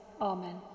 Amen